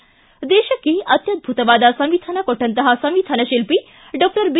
ು ದೇಶಕ್ಕೆ ಅತ್ವದ್ಭುತವಾದ ಸಂವಿಧಾನ ಕೊಟ್ಟಂತಹ ಸಂವಿಧಾನ ಶಿಲ್ಪಿ ಡಾಕ್ಟರ್ ಬಿ